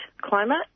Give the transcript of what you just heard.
climate